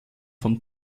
von